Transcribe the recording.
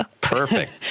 perfect